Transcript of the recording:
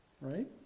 right